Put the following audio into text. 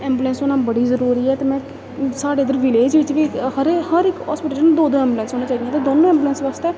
ambulance होना बड़ी जरूरी ऐ ते में साढ़े इद्धर विलेज बिच्च बी हर हर इक हास्पिटल च दो ऐंबुलेंस होना चाहिदियां ते दो ऐंबुलेंस बास्तै